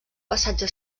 passatge